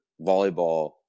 volleyball